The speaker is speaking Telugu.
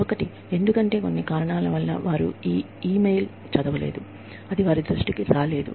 ఒకటి ఎందుకంటే వారు కొన్ని కారణాల వల్ల ఇ మెయిల్ చదవలేదు అది వారి దృష్టికి రాలేదు